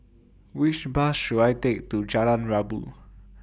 Which Bus should I Take to Jalan Rabu